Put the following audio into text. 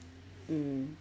mm